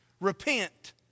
repent